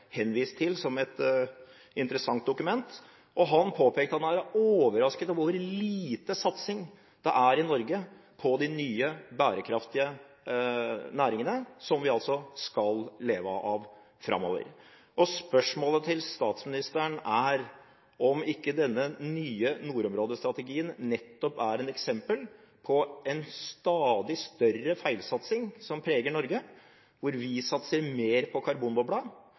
til som et interessant dokument, og han påpekte at han er overrasket over hvor lite satsing det er i Norge på de nye bærekraftige næringene som vi skal leve av framover. Spørsmålet til statsministeren er om ikke denne nye nordområdestrategien nettopp er et eksempel på en stadig større feilsatsing som preger Norge, hvor vi satser mer på